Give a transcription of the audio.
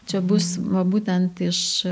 čia bus va būtent iš